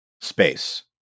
space